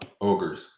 ogres